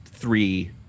Three